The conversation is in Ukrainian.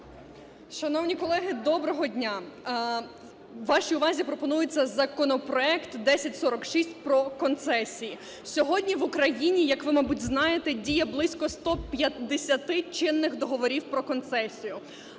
Шановні колеги, доброго дня! Вашій увазі пропонується законопроект 1046 – про концесії. Сьогодні в Україні, як ви, мабуть, знаєте, діє близько 150 чинних договорів про концесію.